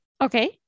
Okay